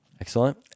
Excellent